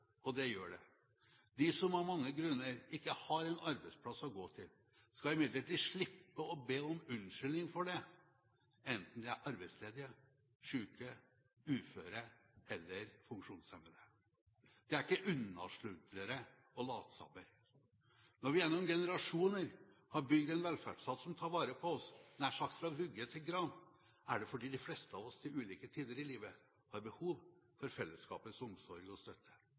og det gjør det. De som av mange grunner ikke har en arbeidsplass å gå til, skal imidlertid slippe å be om unnskyldning for det, enten de er arbeidsledige, syke, uføre eller funksjonshemmede. De er ikke unnasluntrere og latsabber. Når vi gjennom generasjoner har bygd en velferdsstat som tar vare på oss nærmest fra vugge til grav, er det fordi de fleste av oss til ulike tider i livet har behov for fellesskapets omsorg og støtte.